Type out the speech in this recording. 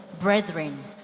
brethren